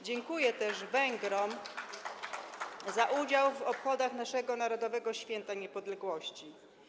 Dziękuję też Węgrom za udział w obchodach naszego Narodowego Święta Niepodległości.